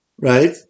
right